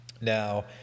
Now